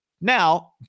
Now